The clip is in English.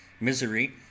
misery